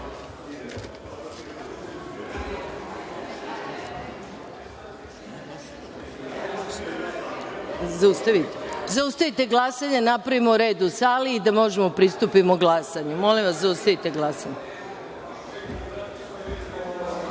načelu. Zaustavite glasanje dok napravimo red u sali i da možemo da pristupimo glasanju. Molim vas, zaustavite glasanje. Pošto